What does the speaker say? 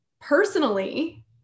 personally